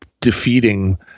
defeating